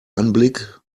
anblick